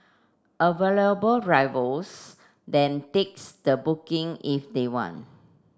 available drivers then takes the booking if they want